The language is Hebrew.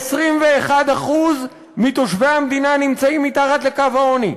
כ-21% מתושבי המדינה נמצאים מתחת לקו העוני,